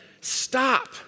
stop